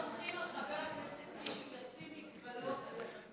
אנחנו סומכים על חבר הכנסת קיש שהוא ישים מגבלות על עצמו.